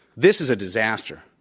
this is a disaster.